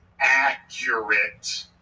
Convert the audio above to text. accurate